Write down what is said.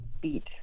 beat